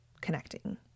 connecting